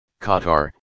Qatar